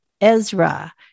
Ezra